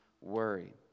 worry